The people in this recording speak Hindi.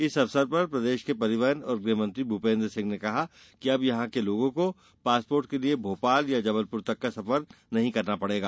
इस अवसर पर प्रदेश के परिवहन और गृह मंत्री भूपेन्द्र सिंह ने कहा कि अब यहां के लोगों को पासपोर्ट के लिये भोपाल या जबलपुर तक का सफर नही करना पड़ेगा